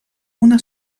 una